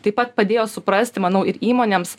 taip pat padėjo suprasti manau ir įmonėms